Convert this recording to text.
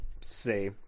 say